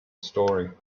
story